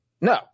no